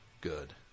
Good